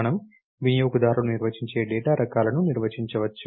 మనము వినియోగదారులు నిర్వచించే డేటా రకాలను నిర్వచించవచ్చు